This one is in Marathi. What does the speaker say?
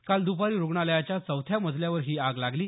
काल दपारी रुग्णालयाच्या चौथ्या मजल्यावर ही आग लागली